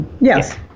Yes